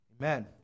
Amen